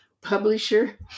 publisher